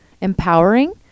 empowering